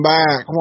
back